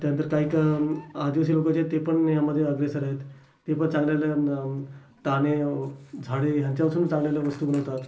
त्यानंतर काही का आदिवासी लोक जे आहेत ते पण यामध्ये अग्रेसर आहेत ते पण चांगले चांगले ताने झाडे ह्यांच्यापासून चांगल्याल्या वस्तू बनवतात